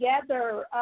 together